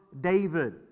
David